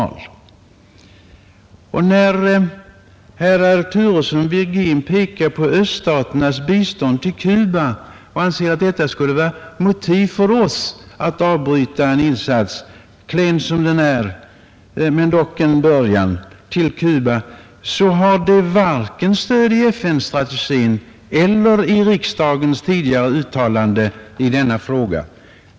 När reservanterna herrar Turesson och Virgin pekar på öststaternas bistånd till Cuba och anser att detta skulle vara motiv för oss att avbryta en insats — klen som den är men dock en början — till Cuba, så har detta varken stöd i FN-strategin eller i den svenska riksdagens tidigare uttalanden i denna fråga.